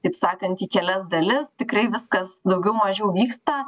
taip sakant į kelias dalis tikrai viskas daugiau mažiau vyksta